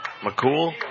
McCool